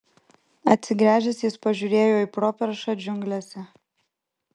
atsigręžęs jis pažiūrėjo į properšą džiunglėse